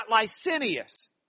Licinius